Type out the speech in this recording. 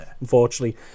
unfortunately